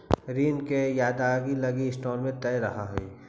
ऋण के अदायगी लगी इंस्टॉलमेंट तय रहऽ हई